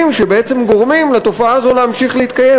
שבעצם גורמים לתופעה הזאת להמשיך ולהתקיים.